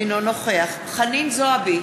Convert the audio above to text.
אינו נוכח חנין זועבי,